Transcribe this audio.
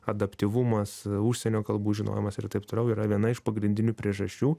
adaptyvumas užsienio kalbų žinojimas ir taip toliau yra viena iš pagrindinių priežasčių